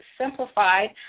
Simplified